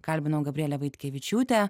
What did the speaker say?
kalbinau gabrielę vaitkevičiūtę